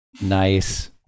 Nice